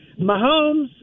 Mahomes –